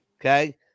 okay